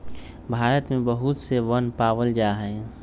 भारत में बहुत से वन पावल जा हई